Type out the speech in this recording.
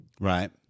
Right